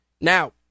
Now